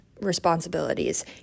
responsibilities